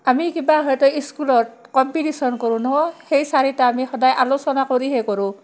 আমি কিবা হয়তো স্কুলত কম্পিটিশ্যন কৰোঁ নহয় সেই চাৰিটা আমি সদায় আলোচনা কৰিহে কৰোঁ